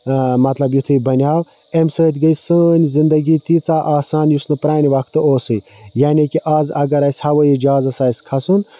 مَطلَب یِتھُے بَنیو تمہِ سۭتۍ گٔے سٲنٛۍ زِندگی تیٖژاہ آسان یُس نہٕ پرانہ وقتہٕ اوسُے یعنے کہِ آز اگر اَسہِ ہَوٲیی جَہازَس آسہِ کھَسُن